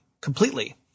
completely